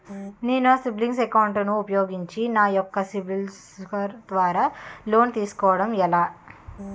నేను నా savings account ను ఉపయోగించి నా యెక్క సిబిల్ స్కోర్ ద్వారా లోన్తీ సుకోవడం ఎలా?